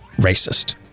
racist